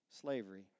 Slavery